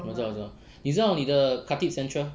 我知道我知道你知道你的 khatib central